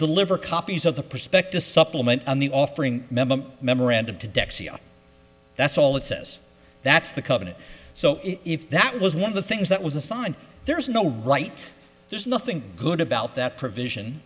deliver copies of the prospectus supplement on the offering memorandum to dexia that's all it says that's the covenant so if that was one of the things that was assigned there is no right there's nothing good about that provision